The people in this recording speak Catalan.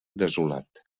desolat